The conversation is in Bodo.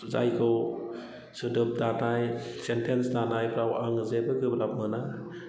जायखौ सोदोब दानाय सेन्टेन्स दानायफ्राव आङो जेबो गोब्राब मोना